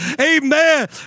amen